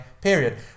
period